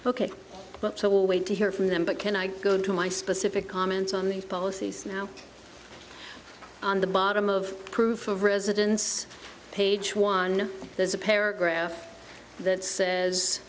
yes ok but so wait to hear from them but can i go into my specific comments on these policies now on the bottom of proof of residence page one there's a paragraph that says